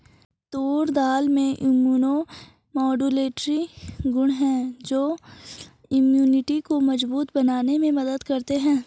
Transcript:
तूर दाल में immunomodulatory गुण हैं जो इम्यूनिटी को मजबूत बनाने में मदद करते है